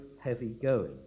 heavy-going